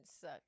suck